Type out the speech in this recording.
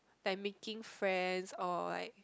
like making friends or like